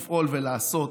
לפעול ולעשות,